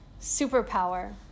superpower